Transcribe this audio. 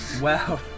Wow